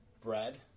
bread